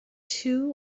two